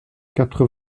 quatre